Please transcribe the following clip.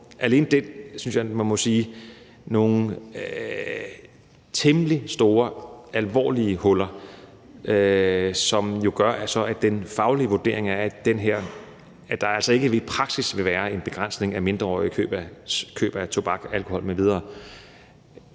alene det synes jeg man må sige er nogle temmelig store alvorlige huller, som jo gør, at den faglige vurdering er, at der altså ikke i praksis vil være en begrænsning af mindreåriges køb af tobak, alkohol m.v.